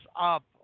up